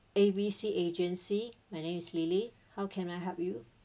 A B C agency my name is lily how can I help you